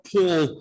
Paul